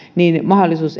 mahdollisuuden